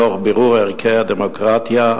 תוך בירור ערכי הדמוקרטיה,